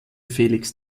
felix